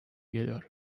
geliyor